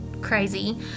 crazy